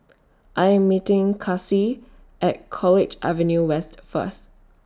I Am meeting Kaci At College Avenue West First